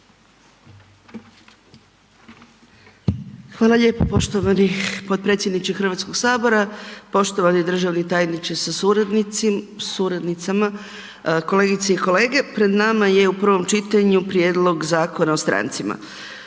Hvala lijepo poštovani potpredsjedniče HS, poštovani državni tajniče sa suradnicama, kolegice i kolege. Pred nama je u prvom čitanju prijedlog Zakona o strancima.